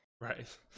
right